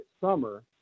summer